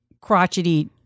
crotchety